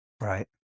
right